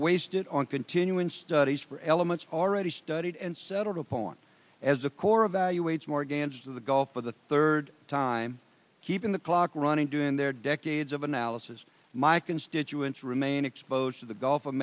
did on continuing studies for elements already studied and settled upon as a core evaluates morgana of the gulf for the third time keeping the clock running doing their decades of analysis my constituents remain exposed to the gulf of